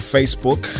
Facebook